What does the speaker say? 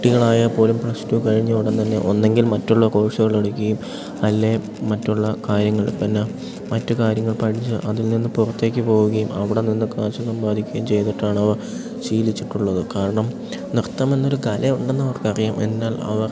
കുട്ടികളായാൽ പോലും plus two കഴിഞ്ഞ ഉടൻ തന്നെ ഒന്നുകിൽ മറ്റുള്ള കോഴ്സുകളെടുക്കുകയും അല്ലേ മറ്റുള്ള കാര്യങ്ങൾ പിന്നെ മറ്റു കാര്യങ്ങൾ പഠിച്ച് അതിൽ നിന്ന് പുറത്തേക്കു പോകുകയും അവിടെ നിന്ന് കാശ് സമ്പാദിക്കുകയും ചെയ്തിട്ടാണവർ ശീലിച്ചിട്ടുള്ളത് കാരണം നൃത്തമെന്നൊരു കല ഉണ്ടെന്ന് അവർക്കറിയാം എന്നാൽ അവർ